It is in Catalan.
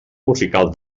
musicals